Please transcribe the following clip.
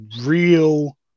real